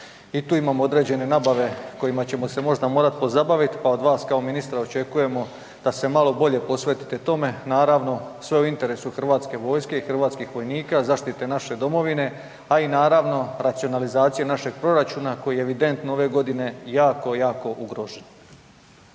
i tu imamo određene nabave kojima ćemo se možda morat pozabavit, a od vas kao ministra očekujemo da se malo bolje posvetite tome, naravno sve u interesu HV-a i hrvatskih vojnika, zaštite naše domovine, a i naravno racionalizacije našeg proračuna koji je evidentno ove godine jako, jako ugrožen.